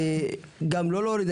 גם לא להוריד,